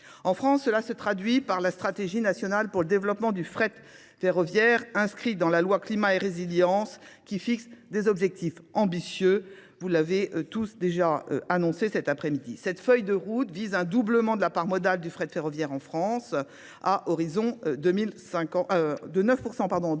En France, cela se traduit par la stratégie nationale pour le développement du fret ferroviaire inscrit dans la loi climat et résilience qui fixe des objectifs ambitieux. Vous l'avez tous déjà annoncé cet après-midi. Cette feuille de route vise un doublement de la part modale du fret ferroviaire en France de 9% en 2019,